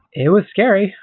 it was scary,